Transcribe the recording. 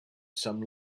some